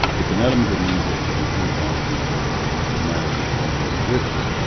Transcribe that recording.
it's an element of music to be contrasted with melody, harmony and rhythm,